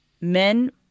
men